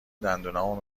دندونامو